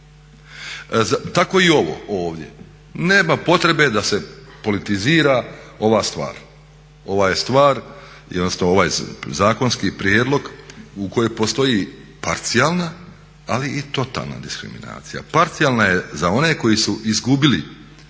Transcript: Tako i ovo ovdje. Nema potrebe da se politizira ova stvar. Ova je stvar, jednostavno ovaj zakonski prijedlog u kojem postoji parcijalna ali i totalna diskriminacija. Parcijalna je za one koji su izgubili,